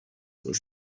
was